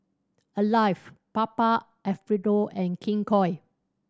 Alive Papa Alfredo and King Koil